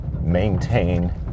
maintain